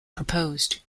proposed